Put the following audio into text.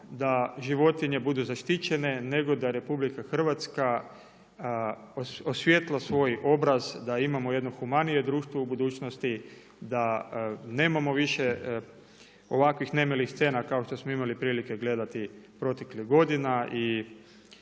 da životinje budu zaštićene nego da RH osvijetli svoj obraz, da imamo jedno humanije društvo u budućnosti, da nemamo više ovakvih nemilih scena kao što smo imali prilike gledati proteklih godina